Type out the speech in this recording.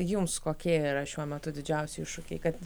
jums kokie yra šiuo metu didžiausi iššūkiai kad